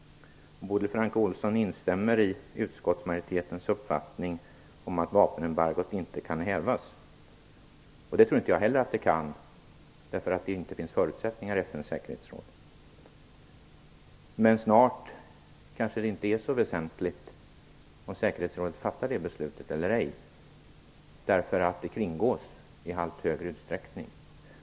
Bodil Francke Ohlsson instämmer i utskottsmajoritetens uppfattning om att vapenembargot inte kan hävas. Det tror inte jag heller att det kan. Det finns inte förutsättningar för det i FN:s säkerhetsråd. Snart kanske det inte längre är så väsentligt om säkerhetsrådet fattar det beslutet eller ej, eftersom det här kringgås i allt större utsträckning.